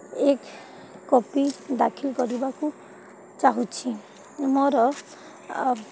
ଏକ କପି ଦାଖିଲ କରିବାକୁ ଚାହୁଁଛି ମୋର